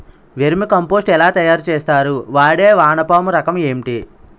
Vermi compost ఎలా తయారు చేస్తారు? వాడే వానపము రకం ఏంటి?